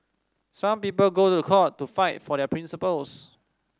some people go to court to fight for their principles